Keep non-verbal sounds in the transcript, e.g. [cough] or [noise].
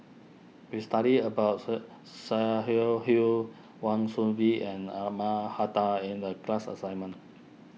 we studied about sir [unintelligible] Hull Wan Soon Bee and Ahmad [unintelligible] in the class assignment